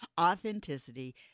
Authenticity